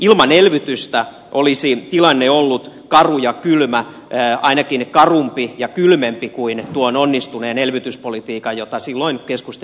ilman elvytystä olisi tilanne ollut karu ja kylmä ainakin karumpi ja kylmempi kuin tuon onnistuneen elvytyspolitiikan ansiosta jota silloin keskusta ja kokoomus tekivät